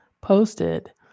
posted